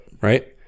right